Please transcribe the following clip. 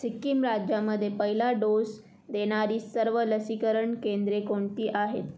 सिक्कीम राज्यामध्ये पहिला डोस देणारी सर्व लसीकरण केंद्रे कोणती आहेत